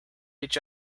each